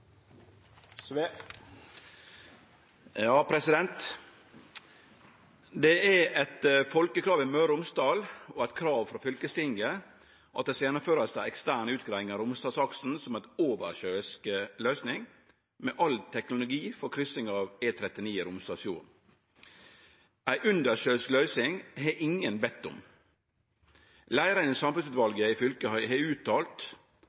fylkestinget at det skal gjennomførast ei ekstern utgreiing av Romsdalsaksen som ei oversjøisk løysing med alle teknologi for kryssing av E39 Romsdalsfjorden. Ei undersjøisk løysing har ingen bedt om. Leiaren i samferdselsutvalet i fylket har uttalt